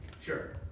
sure